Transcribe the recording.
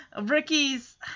Ricky's